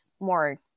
more